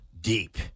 deep